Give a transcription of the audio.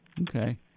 okay